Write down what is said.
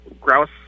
grouse